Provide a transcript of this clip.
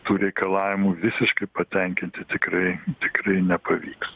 tų reikalavimų visiškai patenkinti tikrai tikrai nepavyks